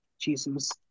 Jesus